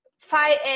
five